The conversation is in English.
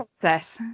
process